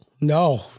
no